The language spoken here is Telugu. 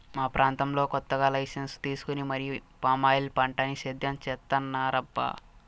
మా ప్రాంతంలో కొత్తగా లైసెన్సు తీసుకొని మరీ పామాయిల్ పంటని సేద్యం చేత్తన్నారబ్బా